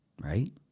Right